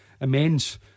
immense